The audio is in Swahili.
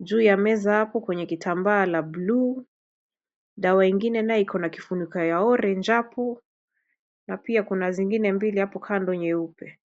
Juu ya meza hapo kwenye kitambaa la bluu. Dawa ingine nayo iko na kifuniko ya orange hapo na pia kuna zingine mbili hapo kando nyeupe.